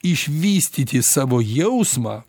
išvystyti savo jausmą